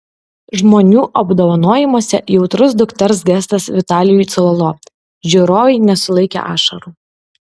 žmonių apdovanojimuose jautrus dukters gestas vitalijui cololo žiūrovai nesulaikė ašarų